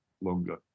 longer